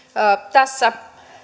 tässä